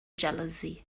jealousy